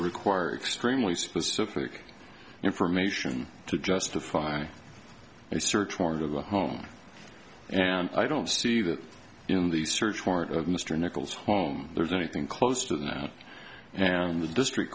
require extremely specific information to justify a search warrant of the home and i don't see that the search warrant of mr nichols home there's anything close to that and the district